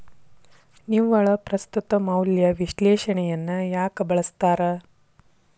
ನಿವ್ವಳ ಪ್ರಸ್ತುತ ಮೌಲ್ಯ ವಿಶ್ಲೇಷಣೆಯನ್ನ ಯಾಕ ಬಳಸ್ತಾರ